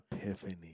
Epiphany